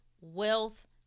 wealth